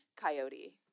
Coyote